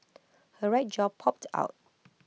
her right jaw popped out